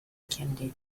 candidate